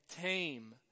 tame